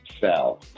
Sell